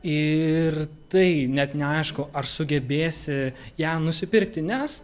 ir tai net neaišku ar sugebėsi ją nusipirkti nes